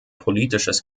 politisches